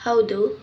ಹೌದು